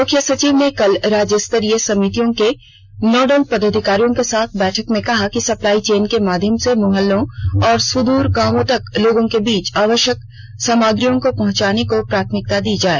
मुख्य सचिव ने कल राज्यस्तरीय समितियों के नोडल पदाधिकारियों के साथ बैठक में कहा कि सप्लाई चेन के माध्यम से मुहल्लों और सुद्र गांवों तक लोगों के बीच आवष्यक सामग्रियों को पहुंचाने को प्राथमिकता दी जाए